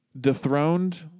dethroned